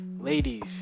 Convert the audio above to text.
Ladies